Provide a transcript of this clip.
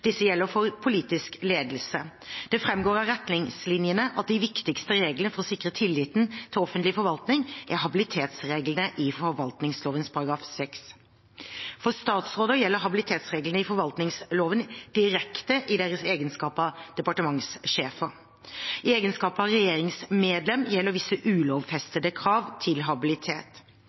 Disse gjelder for politisk ledelse. Det framgår av retningslinjene at de viktigste reglene for å sikre tilliten til offentlig forvaltning er habilitetsreglene i forvaltningsloven § 6. For statsråder gjelder habilitetsreglene i forvaltningsloven direkte i deres egenskap av departementssjefer. I egenskap av regjeringsmedlem gjelder visse ulovfestede krav til habilitet.